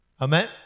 Amen